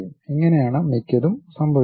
ഇങ്ങനെയാണ് മിക്കതും സംഭവിക്കുന്നത്